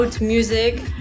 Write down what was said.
music